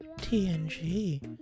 TNG